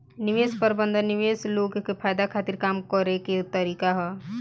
निवेश प्रबंधन निवेशक लोग के फायदा खातिर काम करे के तरीका ह